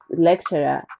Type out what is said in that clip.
lecturer